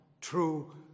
true